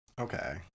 okay